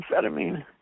amphetamine